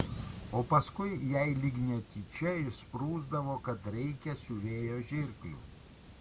o paskui jai lyg netyčia išsprūsdavo kad reikia siuvėjo žirklių